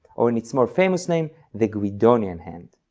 or in its more famous name the guidonian hand!